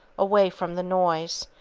away from the noise,